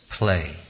Play